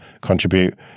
contribute